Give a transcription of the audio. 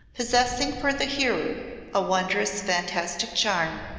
possessing for the hearer a wondrous, fantastic charm,